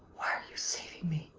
you saving me?